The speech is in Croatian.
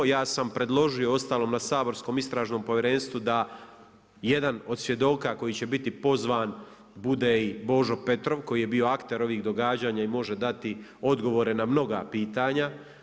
Ja sam predložio uostalom na saborskom Istražnom povjerenstvu da jedan od svjedoka koji će biti pozvan bude i Božo Petrov koji je bio akter ovih događanja i može dati odgovore na mnoga pitanja.